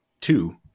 two